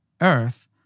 Earth